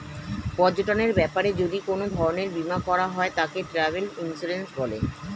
পর্যটনের ব্যাপারে যদি কোন ধরণের বীমা করা হয় তাকে ট্র্যাভেল ইন্সুরেন্স বলে